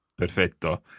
Perfetto